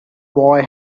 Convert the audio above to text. boy